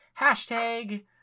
hashtag